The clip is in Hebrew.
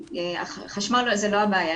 חשמל זה לא הבעיה,